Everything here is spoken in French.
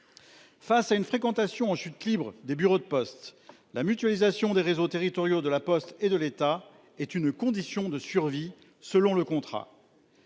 Face à une fréquentation en chute libre des bureaux de poste. La mutualisation des réseaux territoriaux de la Poste et de l'État est une condition de survie selon le contrat.